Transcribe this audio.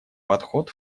подход